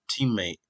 teammate